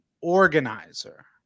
organizer